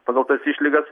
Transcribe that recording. pagal tas išlygas